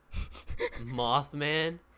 Mothman